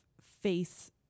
face